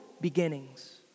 beginnings